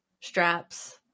straps